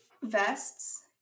vests